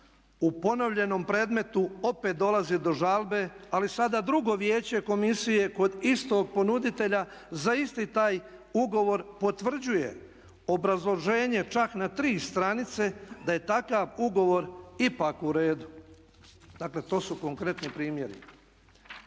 U ponovljenom predmetu opet dolazi do žalbe ali sada drugo vijeće komisije kod istog ponuditelja za isti taj ugovor potvrđuje obrazloženje čak na 3 stranice da je takav ugovor ipak u redu. Dakle to su konkretni primjeri.